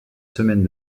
semaines